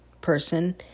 person